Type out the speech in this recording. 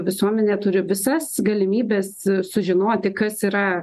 visuomenė turi visas galimybes sužinoti kas yra